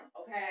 okay